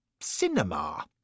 cinema